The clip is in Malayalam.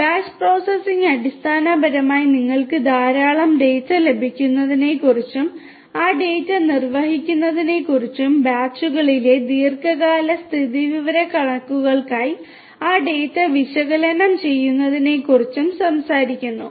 ബാച്ച് പ്രോസസ്സിംഗ് അടിസ്ഥാനപരമായി നിങ്ങൾക്ക് ധാരാളം ഡാറ്റ ലഭിക്കുന്നതിനെക്കുറിച്ചും ആ ഡാറ്റ നിർവ്വഹിക്കുന്നതിനെക്കുറിച്ചും ബാച്ചുകളിലെ ദീർഘകാല സ്ഥിതിവിവരക്കണക്കുകൾക്കായി ആ ഡാറ്റ വിശകലനം ചെയ്യുന്നതിനെക്കുറിച്ചും സംസാരിക്കുന്നു